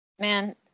Man